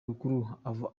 rukuru